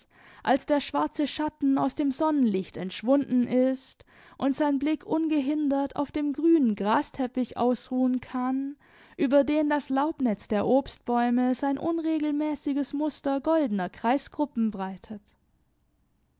als der schwarze schatten aus dem sonnenlicht entschwunden ist und sein blick ungehindert auf dem grünen grasteppich ausruhen kann über den das laubnetz der obstbäume sein unregelmäßiges muster goldener kreisgruppen breitet